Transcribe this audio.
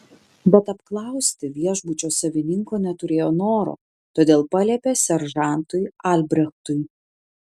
bet apklausti viešbučio savininko neturėjo noro todėl paliepė seržantui albrechtui